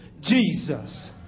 Jesus